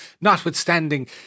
notwithstanding